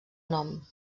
nom